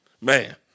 Man